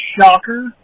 Shocker